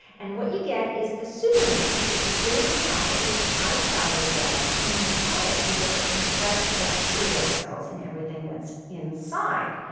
and what you get is the supernatant, which is the fluid on top, everything outside the cells, and in the pellet, you get the compressed bacterial cells and everything that's inside.